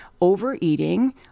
overeating